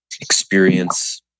experience